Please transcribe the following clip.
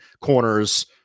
corners